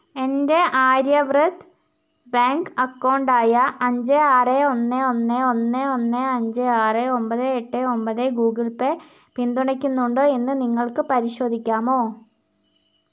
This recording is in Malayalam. എൻ്റെ ആര്യവ്രത് ബാങ്ക് അക്കൗണ്ട് ആയ അഞ്ച് ആറ് ഒന്ന് ഒന്ന് ഒന്ന് ഒന്ന് അഞ്ച് ആറ് ഒൻപത് എട്ട് ഒൻപത് ഗൂഗിൾ പേ പിന്തുണയ്ക്കുന്നുണ്ടോ എന്ന് നിങ്ങൾക്ക് പരിശോധിക്കാമോ